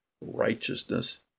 righteousness